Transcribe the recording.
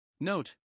Note